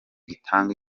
gitanga